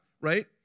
right